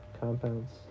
Compounds